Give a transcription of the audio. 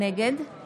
נגד ג'ידא